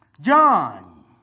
John